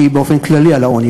שהיא באופן כללי על העוני,